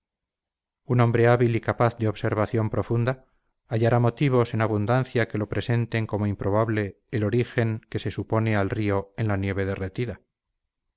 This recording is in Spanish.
un hombre hábil y capaz de observación profunda hallará motivos en abundancia que lo presenten como improbable el origen que se supone al río en la nieve derretida